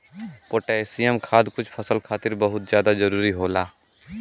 potassium खाद कुछ फसल खातिर बहुत जादा जरूरी होला